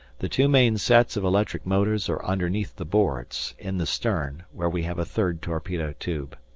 the two main sets of electric motors are underneath the boards, in the stern, where we have a third torpedo tube.